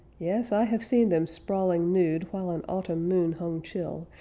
yes, i have seen them sprawling nude while an autumn moon hung chill,